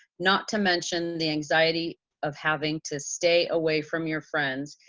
not to mention the anxiety of having to stay away from your friends,